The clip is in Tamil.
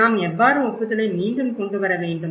நாம் எவ்வாறு ஒப்புதலை மீண்டும் கொண்டு வர வேண்டும்